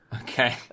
Okay